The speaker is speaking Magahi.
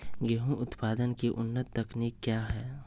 गेंहू उत्पादन की उन्नत तकनीक क्या है?